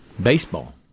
baseball